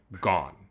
gone